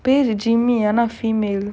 பேரு:peru jimmy ஆனா:aanaa female